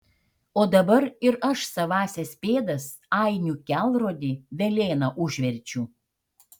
o dabar ir aš savąsias pėdas ainių kelrodį velėna užverčiu